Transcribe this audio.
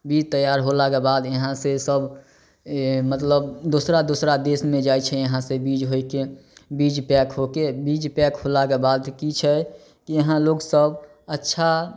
बीज तैयार होलाके बाद एहाँ से सब मतलब दोसरा दोसरा देशमे जाइ छै एहाँ से बीज होइके बीज पैक होके बीज पैक होलाके बाद कि छै कि यहाँ लोक सब अच्छा